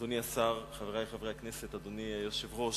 אדוני היושב-ראש, חברי חברי הכנסת, אדוני השר,